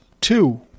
two